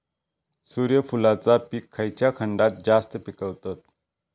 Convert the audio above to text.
सूर्यफूलाचा पीक खयच्या खंडात जास्त पिकवतत?